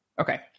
Okay